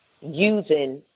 using